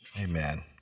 Amen